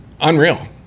Unreal